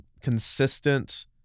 consistent